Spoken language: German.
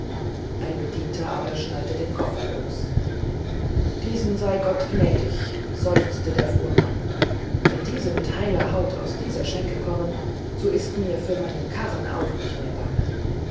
ein bedienter aber schnallte den koffer los diesen sei gott gnädig seufzte der fuhrmann wenn diese mit heiler haut aus dieser schenke kommen so ist mir für meinen karren auch nicht mehr bange